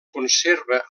conserva